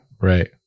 right